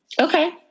Okay